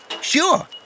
Sure